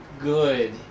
good